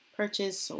purchase